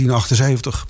1978